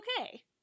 okay